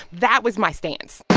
that was my stance